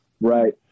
Right